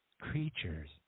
creatures